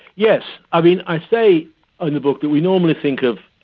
yes. i mean, i say ah in the book that we normally think of,